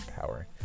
power